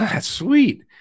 Sweet